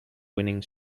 winning